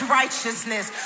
righteousness